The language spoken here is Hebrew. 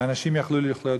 אנשים יכלו לחיות בשקט.